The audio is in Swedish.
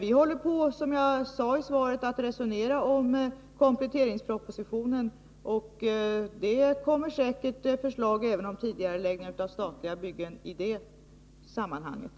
Som jag sade i svaret håller vi på att resonera om kompletteringspropositionen, och det kommer säkert förslag även om tidigareläggningar av statliga byggen i det sammanhanget.